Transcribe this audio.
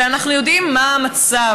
שאנחנו יודעים מה המצב,